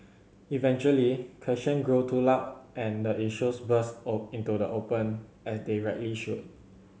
eventually question grow too loud and the issues burst into the open as they rightly should